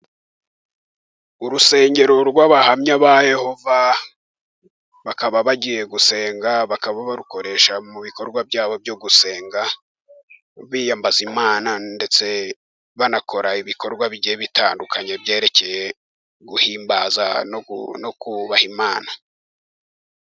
Urusengero rw'Abahamya ba Yehova, bakaba bagiye gusenga, bakaba barukoresha mu bikorwa byabo byo gusenga biyambaza Imana, ndetse banakora ibikorwa bigiye bitandukanye byerekeye guhimbaza no kubaha imana.